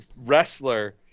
wrestler